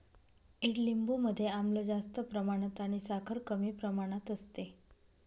ईडलिंबू मध्ये आम्ल जास्त प्रमाणात आणि साखर कमी प्रमाणात असते